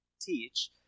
teach